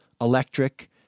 Electric